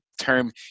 term